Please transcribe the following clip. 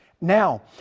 Now